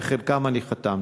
ועל חלקן אני חתמתי?